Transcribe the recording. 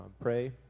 pray